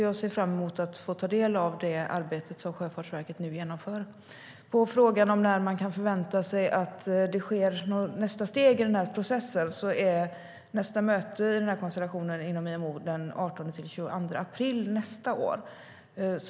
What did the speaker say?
Jag ser fram emot att få ta del av det arbete som Sjöfartsverket nu genomför. Johan Hultberg frågar när man kan förvänta sig att nästa steg tas i den här processen. Nästa möte i den här konstellationen inom IMO sker den 18-22 april nästa år.